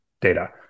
data